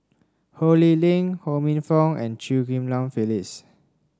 Ho Lee Ling Ho Minfong and Chew Ghim Lian Phyllis